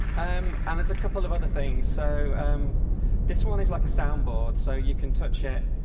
um and there's a couple of other things. so um this one is like a sound board, so you can touch it,